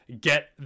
get